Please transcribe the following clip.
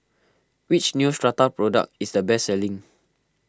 which Neostrata product is the best selling